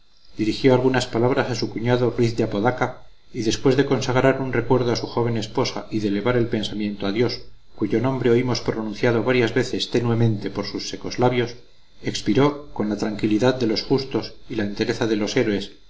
dirigió algunas palabras a su cuñado ruiz de apodaca y después de consagrar un recuerdo a su joven esposa y de elevar el pensamiento a dios cuyo nombre oímos pronunciado varias veces tenuemente por sus secos labios expiró con la tranquilidad de los justos y la entereza de los héroes